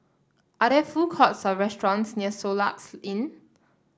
are there food courts or restaurants near Soluxe Inn